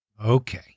Okay